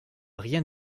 rien